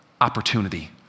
opportunity